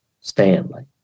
Stanley